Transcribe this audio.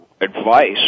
advice